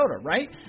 right